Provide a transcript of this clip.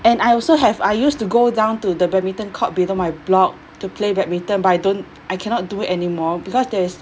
and I also have I used to go down to the badminton court below my block to play badminton but I don't I cannot do it anymore because there's